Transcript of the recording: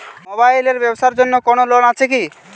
Mobile এর ব্যাবসার জন্য কোন লোন আছে কি?